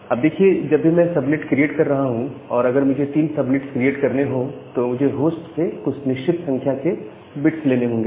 अब देखिए जब भी मैं सबनेट क्रिएट कर रहा हूं और अगर मुझे 3 सबनेट क्रिएट करने हो तो मुझे होस्ट से कुछ निश्चित संख्या के बिट्स लेने होंगे